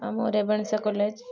ଆମ Ravenshaw college